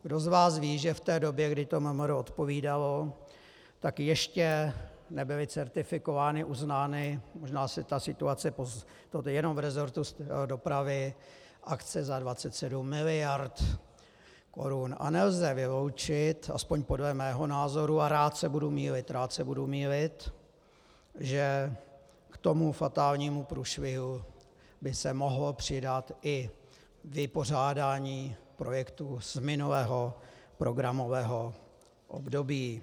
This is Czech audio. Kdo z vás ví, že v té době, kdy to MMR odpovídalo, tak ještě nebyly certifikovány, uznány, možná se ta situace jenom v resortu dopravy, akce za 27 miliard korun, a nelze vyloučit, aspoň podle mého názoru, a rád se budu mýlit, rád se budu mýlit, že k tomu fatálnímu průšvihu by se mohlo přidat i vypořádání projektů z minulého programového období.